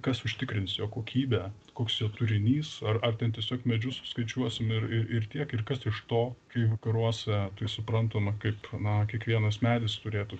kas užtikrins jo kokybę koks jo turinys ar ar ten tiesiog medžius skaičiuosim ir ir tiek ir kas iš to kai vakaruose tai suprantama kaip na kiekvienas medis turėtų